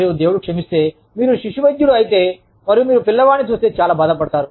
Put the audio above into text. మరియు దేవుడు క్షమిస్తే మీరు శిశువైద్యుడు అయితే మరియు మీరు పిల్లవాడిని చూస్తే చాలా బాధ పడతారు